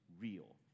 real